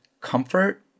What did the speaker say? comfort